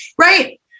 right